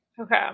Okay